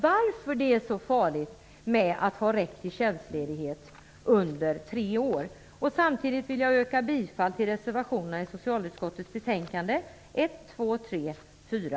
Varför är det så farligt att ha rätt till tjänstledighet under tre år? Jag vill yrka bifall till reservationerna 1, 2, 3, 4